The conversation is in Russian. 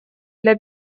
для